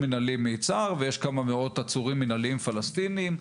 ויש כמה מאות עצורים מנהליים פלסטינים.